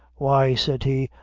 why, said he,